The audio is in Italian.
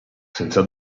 senza